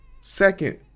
second